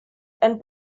and